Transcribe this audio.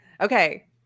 okay